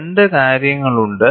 രണ്ട് കാര്യങ്ങളുണ്ട്